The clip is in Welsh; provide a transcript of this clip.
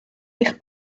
eich